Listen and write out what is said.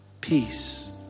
peace